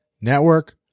network